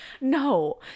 no